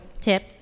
tip